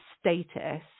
status